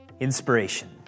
Inspiration